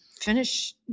finish